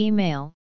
Email